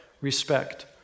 respect